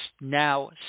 now